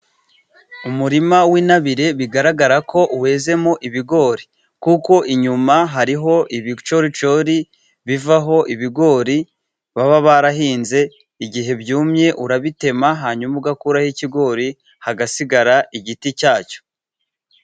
Umurima w'intabire bigaragara ko wezemo ibigori, kuko inyuma hariho ibicoricori bivaho ibigori, baba barahinze, igihe byumye urabitema ,hanyuma ugakuraho ikigori hagasigara igiti cyacyo.